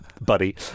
buddy